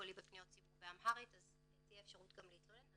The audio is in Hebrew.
קולי לפניות הציבור באמהרית אז תהיה אפשרות גם להתלונן.